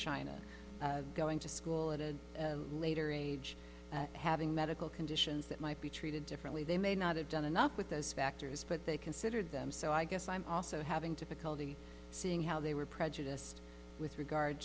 china going to school at a later age having medical conditions that might be treated differently they may not have done enough with those factors but they considered them so i guess i'm also having typical seeing how they were prejudiced with regard